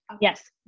yes